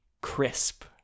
crisp